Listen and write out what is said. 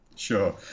sure